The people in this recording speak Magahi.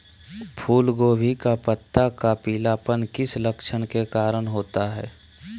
फूलगोभी का पत्ता का पीलापन किस लक्षण के कारण होता है?